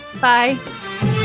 Bye